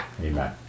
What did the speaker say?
Amen